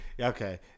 Okay